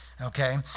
okay